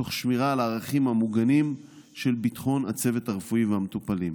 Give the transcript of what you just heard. תוך שמירה על הערכים המוגנים של ביטחון הצוות הרפואי והמטופלים.